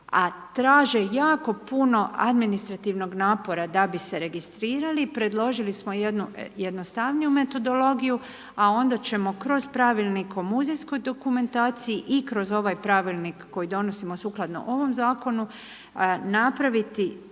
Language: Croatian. traže jako puno administrativnog napora da bi se registrirali, predložili smo jednu jednostavniju metodologiju, a onda ćemo kroz pravilnik o muzejskoj dokumentaciji i kroz ovaj pravilnik koji donosimo sukladno ovom Zakonu napraviti